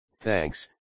thanks